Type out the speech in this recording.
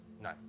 No